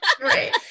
right